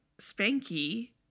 Spanky